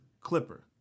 clipper